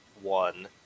One